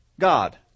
God